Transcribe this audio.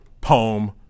poem